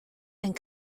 and